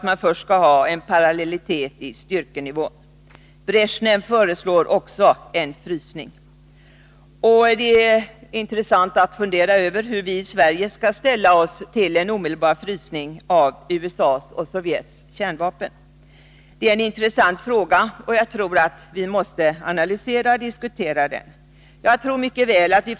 Men först vill man ha parallellitet i styrkenivån. Också Bresjnev föreslår en frysning. Det är intressant att fundera över hur vi i Sverige skall ställa oss till en omedelbar frysning av USA:s och Sovjets kärnvapen. Jag tror att vi måste både analysera och diskutera denna intressanta fråga.